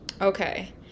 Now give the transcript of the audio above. Okay